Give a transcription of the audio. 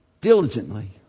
diligently